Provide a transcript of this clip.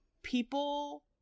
people